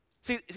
See